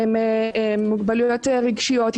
מוגבלויות רגשיות,